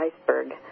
iceberg